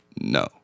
no